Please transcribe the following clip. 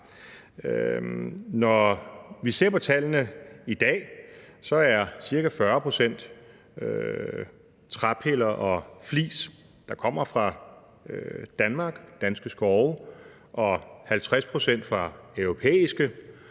Når vi ser på tallene i dag, er ca. 40 pct. træpiller og flis, der kommer fra Danmark, danske skove, og 50 pct. kommer fra europæiske